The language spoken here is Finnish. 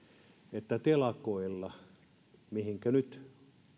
että telakoilla mihinkä nyt